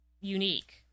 unique